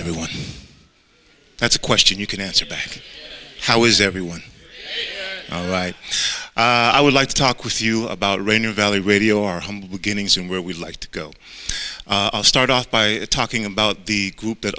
everyone that's a question you can answer back how is everyone right i would like to talk with you about rain or valley radio our humble beginnings and where we'd like to go start off by talking about the group that